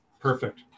perfect